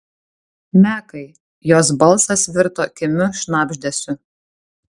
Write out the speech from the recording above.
mekai jos balsas virto kimiu šnabždesiu